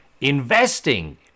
investing